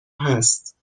هست